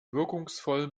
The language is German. wirkungsvoll